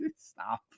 Stop